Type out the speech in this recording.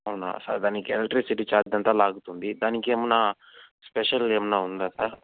అవునా సార్ దానికి electricity charge ఎంత లాగుతుంది దానికి ఏమన్నా స్పెషల్ ఏమన్నా ఉందా సార్